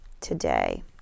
today